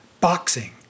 Boxing